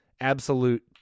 absolute